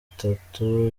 bitatu